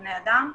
לבני האדם.